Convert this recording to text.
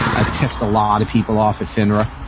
i test a lot of people off at finra.